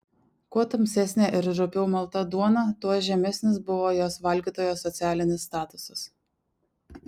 kuo tamsesnė ir rupiau malta duona tuo žemesnis buvo jos valgytojo socialinis statusas